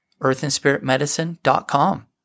earthandspiritmedicine.com